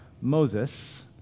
Moses